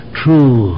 true